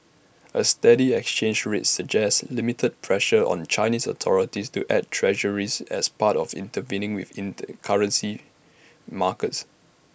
A steady exchange rate suggests limited pressure on Chinese authorities to add Treasuries as part of intervening with inter currency markets